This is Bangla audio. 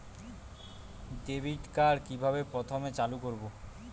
ডেবিটকার্ড কিভাবে প্রথমে চালু করব?